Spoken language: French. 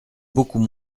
beaucoup